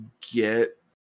get